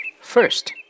First